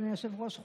אדוני היושב-ראש,